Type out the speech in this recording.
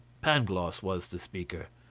pangloss was the speaker.